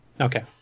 Okay